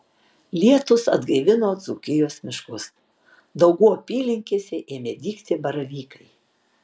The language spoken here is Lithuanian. lietūs atgaivino dzūkijos miškus daugų apylinkėse ėmė dygti baravykai